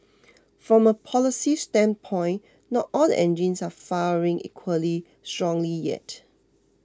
from a policy standpoint not all the engines are firing equally strongly yet